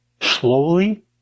slowly